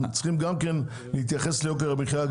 גם הן צריכות להתייחס ליוקר המחיה,